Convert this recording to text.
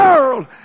world